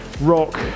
Rock